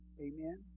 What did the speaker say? Amen